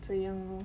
so ya lor